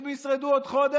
אם הם ישרדו עוד חודש,